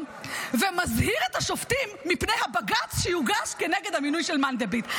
ומזהיר את השופטים מפני הבג"ץ שיוגש כנגד המינוי של מנדלבליט.